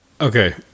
Okay